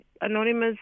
anonymous